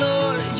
Lord